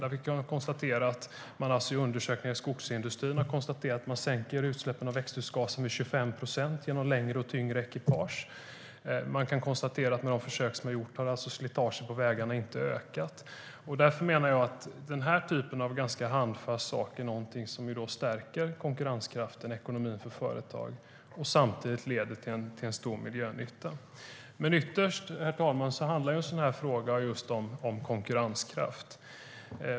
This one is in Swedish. I undersökningar när det gäller skogsindustrin har man konstaterat att utsläppen av växthusgaser sänks med 25 procent genom längre och tyngre ekipage. Ytterst, herr ålderspresident, handlar dock en sådan här fråga om just konkurrenskraft.